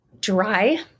Dry